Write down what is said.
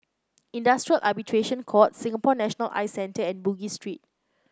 Industrial Arbitration Court Singapore National Eye Centre and Bugis Street